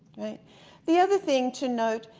the other thing to note,